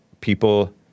people